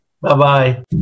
Bye-bye